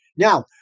Now